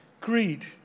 greed